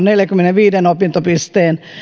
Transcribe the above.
neljäänkymmeneenviiteen opintopisteen